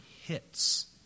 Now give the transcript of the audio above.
hits